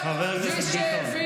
נשארת בבית בדרום,